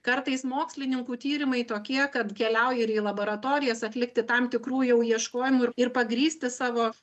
kartais mokslininkų tyrimai tokie kad keliauja ir į laboratorijas atlikti tam tikrų jau ieškojimų ir ir pagrįsti savo